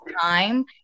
time